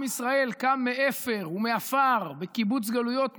עם ישראל קם מאפר ומעפר, בקיבוץ גלויות ניסי,